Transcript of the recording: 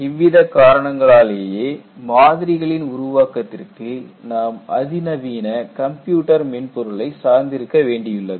இவ்வித காரணங்களாலேயே மாதிரிகளின் உருவாக்கத்திற்கு நாம் அதிநவீன கம்ப்யூட்டர் மென்பொருளை சார்ந்திருக்க வேண்டியுள்ளது